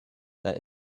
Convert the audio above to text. that